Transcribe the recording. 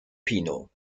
pino